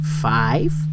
five